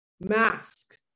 mask